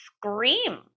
scream